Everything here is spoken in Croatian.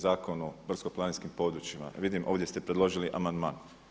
Zakon o brdsko-planinskim područjima, vidim ovdje ste predložili amandman.